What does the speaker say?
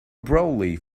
brolly